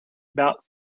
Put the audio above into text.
about